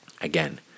again